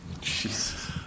Jesus